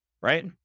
right